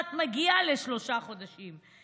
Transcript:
כמעט מגיע לשלושה חודשים.